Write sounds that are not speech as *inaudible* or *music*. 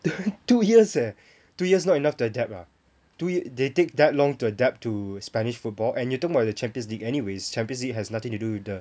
*coughs* two years eh two years not enough to adapt ah two they take that long to adapt to spanish football and you talking about the champions league anyways champions league has nothing to do with the